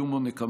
איום או נקמה,